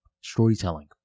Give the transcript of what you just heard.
storytelling